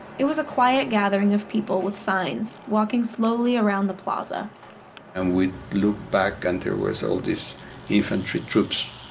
it was a quiet gathering of people with signs, walking slowly around the plaza and we looked back, and there was all this infantry troops.